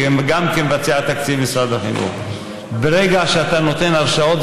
גם כמבצע תקציב משרד החינוך: ברגע שאתה נותן הרשאות,